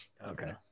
Okay